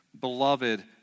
beloved